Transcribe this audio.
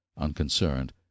unconcerned